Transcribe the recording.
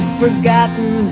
forgotten